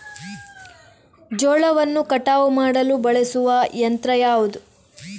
ಜೋಳವನ್ನು ಕಟಾವು ಮಾಡಲು ಬಳಸುವ ಯಂತ್ರ ಯಾವುದು?